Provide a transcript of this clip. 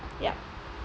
yup